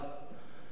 למזלה,